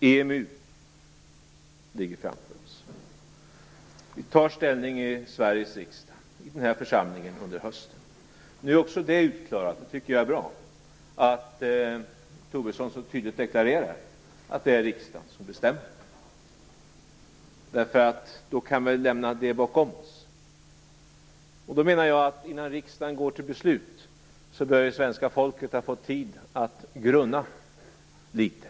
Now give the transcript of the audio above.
EMU ligger framför oss. Vi tar ställning i Sveriges riksdag, i den här församlingen, under hösten. När också det är utklarat tycker jag att det är bra att Lars Tobisson så tydligt deklarerar att det är riksdagen som bestämmer. Då kan vi lämna det bakom oss. Innan riksdagen går till beslut bör svenska folket ha fått tid att grunna litet.